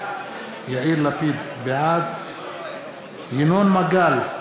יאיר לפיד, בעד ינון מגל,